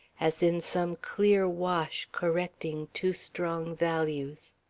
as in some clear wash correcting too strong values.